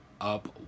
up